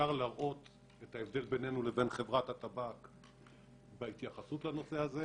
אפשר להראות את ההבדל בינינו לבין חברת הטבק בהתייחסות לנושא הזה.